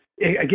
again